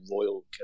royal